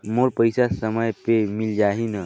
मोर पइसा समय पे मिल जाही न?